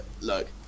look